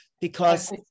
because-